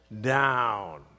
down